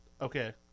okay